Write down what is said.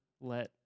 let